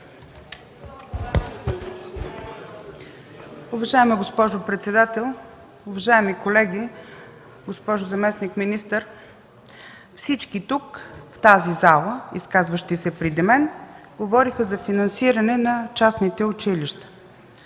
Уважаема госпожо председател, уважаеми колеги, госпожо заместник-министър! Всички тук, в тази зала, изказващи се преди мен, говориха за финансиране на частните училища,